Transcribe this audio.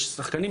יש שחקנים,